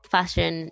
Fashion